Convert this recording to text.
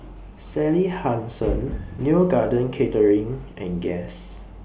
Sally Hansen Neo Garden Catering and Guess